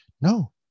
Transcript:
no